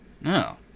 no